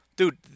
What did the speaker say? Dude